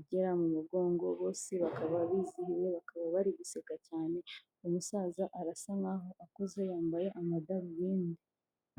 igera mu mugongo, bose bakaba bizihiwe, bakaba bari guseka cyane, umusaza arasa nkaho akuze yambaye amadarubindi.